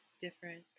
different